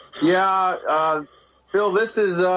yeah bill this is ah,